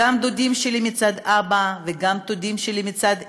גם דודים שלי מצד אבא וגם דודים של מצד אימא.